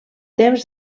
temps